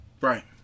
Right